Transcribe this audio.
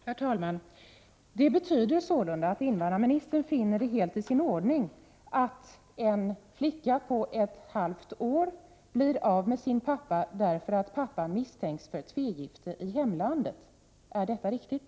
Herr talman! Det betyder att invandrarministern finner det helt i sin ordning att en flicka på ett halvt år blir av med sin pappa därför att pappan misstänks för tvegifte i hemlandet — är det riktigt?